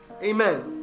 Amen